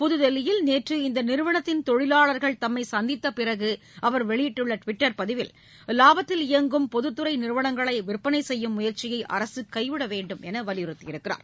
புதுதில்லியில் நேற்று இந்த நிறுவனத்தின் தொழிலாளர்கள் தம்மை சந்தித்தப் பிறகு அவர் வெளியிட்டுள்ள டுவிட்டர் பதிவில் லாபத்தில் இயங்கும் பொதுத்துறை நிறுவனங்களை விற்பனை செய்யும் முயற்சியை அரசு கைவிட வேண்டும் என வலியுறுத்தியுள்ளார்